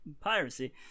piracy